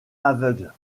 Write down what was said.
aveugle